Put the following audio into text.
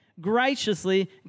graciously